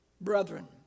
brethren